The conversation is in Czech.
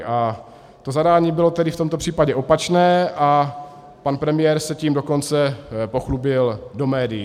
A to zadání bylo tedy v tomto případě opačné, a pan premiér se tím dokonce pochlubil do médií.